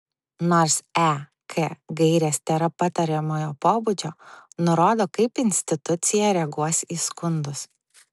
nors ek gairės tėra patariamojo pobūdžio nurodo kaip institucija reaguos į skundus